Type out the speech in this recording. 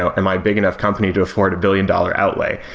am i big enough company to afford a billion dollar outlay?